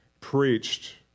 preached